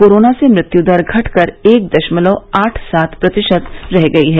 corona से मृत्यु दर घटकर एक दशमलव आठ सात प्रतिशत रह गई है